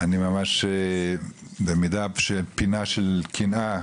אני ממש עם פינה של קנאה